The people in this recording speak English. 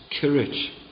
courage